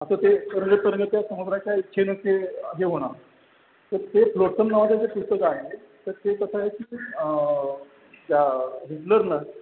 असं ते तरंगत तरंगत त्या समुद्राच्या इच्छेनं ते हे होणं तर ते फ्लोटसम नावाचं जे पुस्तक आहे तर ते कसं आहे त्या हिटलरनं